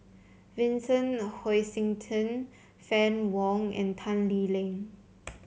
Vincent Hoisington Fann Wong and Tan Lee Leng